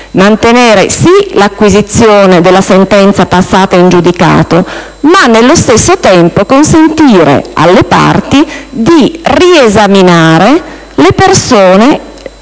Mantenendo l'acquisizione della sentenza passata in giudicato, ma, nello stesso tempo, consentendo alle parti di riesaminare le persone